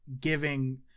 giving